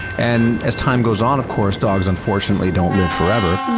and as time goes on of course, dogs unfortunately don't live forever.